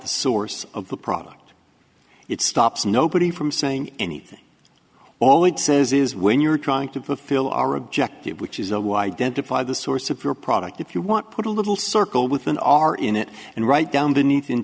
the source of the product it stops nobody from saying anything always says is when you're trying to fulfill our objective which is why dent defy the source of your product if you want put a little circle with an r in it and write down beneath in